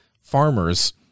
farmers